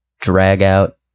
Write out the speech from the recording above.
drag-out